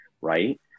right